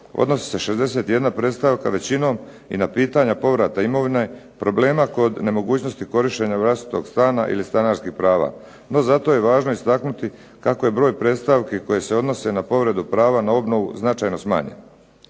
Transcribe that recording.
odnosi se 61 predstavka većinom na pitanje povrata imovine, problema kod nemogućnosti korištenja vlastitog stana ili stanarskih prava. NO, zato je važno istaknuti kako je broj predstavki koji se odnosi na povredu prava na obnovu značajno smanjen.